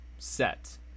set